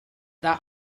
that